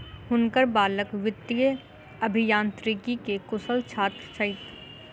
हुनकर बालक वित्तीय अभियांत्रिकी के कुशल छात्र छथि